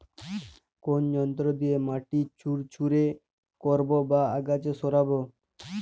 কোন যন্ত্র দিয়ে মাটি ঝুরঝুরে করব ও আগাছা সরাবো?